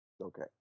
Okay